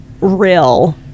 real